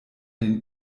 den